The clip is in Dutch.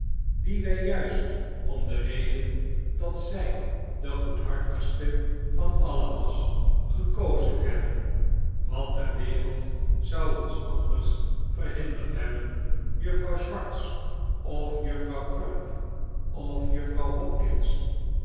die wij juist om de reden dat zij de goedhartigste van alien was gekozen hebben wat ter wereld zou ons anders verhinderd hebben juffrouw swartz of juffrouw crump of juffrouw